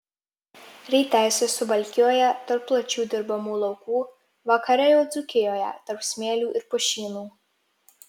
ryte esi suvalkijoje tarp plačių dirbamų laukų vakare jau dzūkijoje tarp smėlių ir pušynų